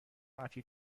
ساعتی